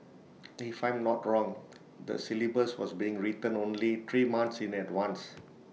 if I'm not wrong the syllabus was being written only three months in advance